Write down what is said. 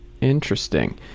Interesting